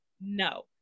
no